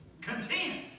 content